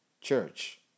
church